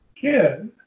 kid